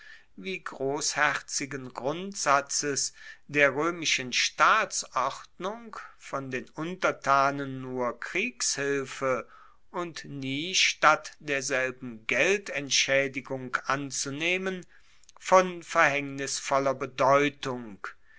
wie grossherzigen grundsatzes der roemischen staatsordnung von den untertanen nur kriegshilfe und nie statt derselben geldentschaedigung anzunehmen von verhaengnisvoller bedeutung